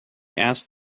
asked